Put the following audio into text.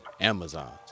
Amazon